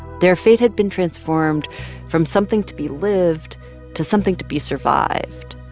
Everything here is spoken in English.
their fate had been transformed from something to be lived to something to be survived.